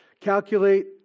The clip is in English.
Calculate